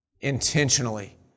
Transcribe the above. intentionally